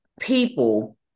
people